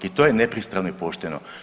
I to je nepristrano i pošteno.